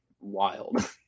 wild